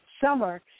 summer